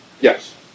Yes